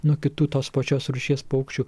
nuo kitų tos pačios rūšies paukščių